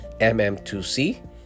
mm2c